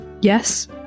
yes